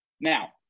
Now